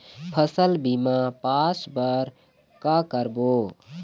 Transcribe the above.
फसल बीमा पास बर का करबो?